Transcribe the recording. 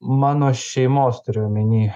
mano šeimos turiu omeny